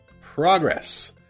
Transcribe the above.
Progress